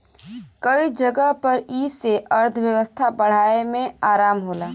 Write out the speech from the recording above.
कई जगह पर ई से अर्थव्यवस्था बढ़ाए मे आराम होला